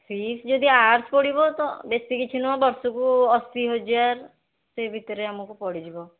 fees ଯଦି arts ପଢ଼ିବ ତ ବେଶୀ କିଛି ନୁହଁ ବର୍ଷକୁ ଅଶୀ ହଜାର ସେ ଭିତରେ ଆମକୁ ପଡ଼ିଯିବ